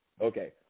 Okay